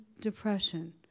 depression